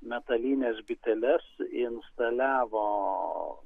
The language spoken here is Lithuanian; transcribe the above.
metalines biteles instaliavo